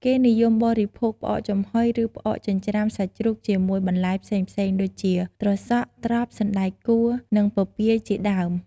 គេនិយមបរិភោគផ្អកចំហុយ ឬ ផ្អកចិញ្ចាំ្រសាច់ជ្រូកជាមួយបន្លែផ្សេងៗដូចជា ត្រសក់ ត្រប់ សណ្តែកកួរ និងពពាយជាដើម។